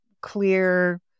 clear